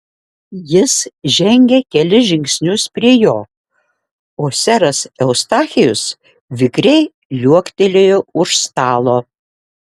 jis žengė kelis žingsnius prie jo o seras eustachijus vikriai liuoktelėjo už stalo